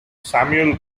samuel